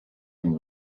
amb